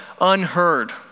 unheard